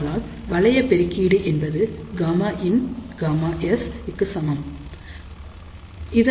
ஆதலால் வளைய பெருக்கீடு என்பது Γin Γs இக்கு சமமாகும்